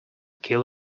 kill